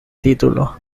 título